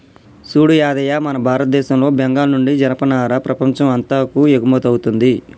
సూడు యాదయ్య మన భారతదేశంలో బెంగాల్ నుండి జనపనార ప్రపంచం అంతాకు ఎగుమతౌతుంది